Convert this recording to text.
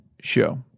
show